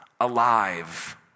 alive